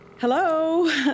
Hello